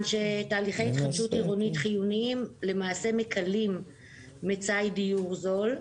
שתהליכי התחדשות עירונית חיוניים למעשה מכלים מצאי דיור זול.